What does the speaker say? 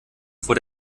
vor